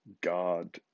God